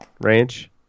range